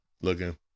looking